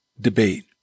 debate